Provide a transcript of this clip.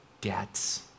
debts